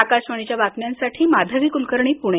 आकाशवाणी बातम्यांसाठी माधवी कुलकर्णी पुणे